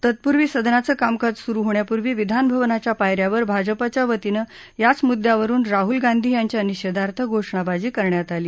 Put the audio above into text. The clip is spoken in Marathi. तत्पूर्वी सदनाचं कामकाज सुरू होण्यापूर्वी विधान भवनाच्या पायऱ्यांवर भाजपच्या वतीनं याच मुद्यावरून राहुल गांधी यांच्या निषेधार्थ घोषणाबाजी करण्यात आली